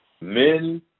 Men